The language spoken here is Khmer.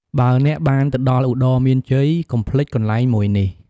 បើអ្នកបានទៅដល់ឧត្តរមានជ័យ កំុភ្លេចកន្លែងមួយនេះ។